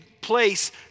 place